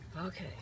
okay